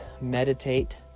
meditate